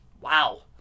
Wow